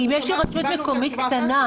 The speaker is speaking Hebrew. כי אם יש רשות מקומית קטנה,